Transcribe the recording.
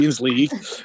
League